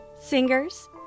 Singers